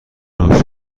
نوع